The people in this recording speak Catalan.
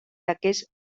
aquest